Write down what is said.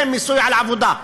זה מיסוי של עבודה.